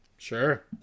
Sure